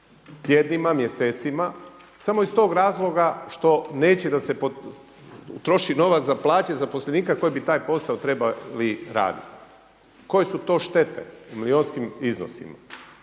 tjednima, mjesecima samo iz tog razloga što neće da se troši novac za plaće zaposlenika koji bi taj posao trebali raditi. Koje su to štete u milijunskim iznosima.